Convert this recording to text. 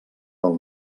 del